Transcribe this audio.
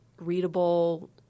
readable